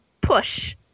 push